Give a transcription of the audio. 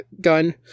gun